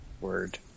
Word